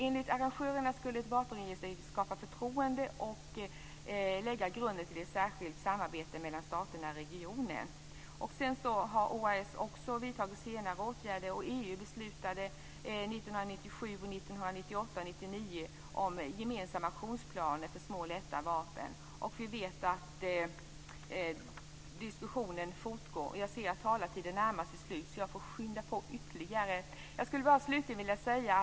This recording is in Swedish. Enligt arrangörerna skulle ett vapenregister skapa förtroende och lägga grunden till ett särskilt samarbete mellan staterna i regionen. OAS har också vidtagit åtgärder. EU beslutade 1997, 1998 och 1999 om program och gemensamma aktionsplaner för små och lätta vapen. Vi vet att diskussionen fortgår.